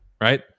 right